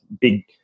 big